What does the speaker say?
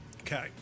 Okay